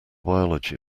biology